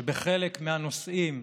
שבחלק מהנושאים,